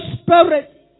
spirit